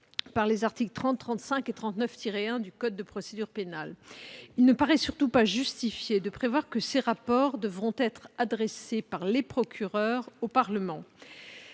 par les articles 30, 35 et 39-1 du code de procédure pénale. Surtout, il ne paraît pas justifié de prévoir que ces rapports devront être adressés par les procureurs au Parlement.